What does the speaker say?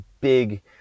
big